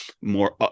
more